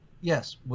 Yes